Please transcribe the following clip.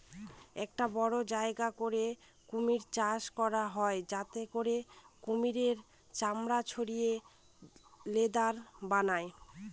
একটা বড়ো জায়গা করে কুমির চাষ করা হয় যাতে করে কুমিরের চামড়া ছাড়িয়ে লেদার বানায়